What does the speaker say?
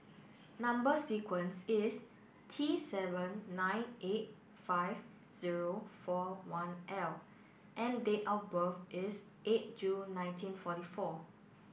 number sequence is T seven nine eight five zero four one L and date of birth is eight June nineteen forty four